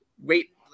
Wait